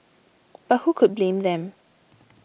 but who could blame them